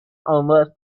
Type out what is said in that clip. unless